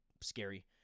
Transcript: scary